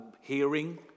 Hearing